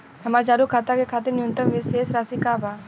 हमार चालू खाता के खातिर न्यूनतम शेष राशि का बा?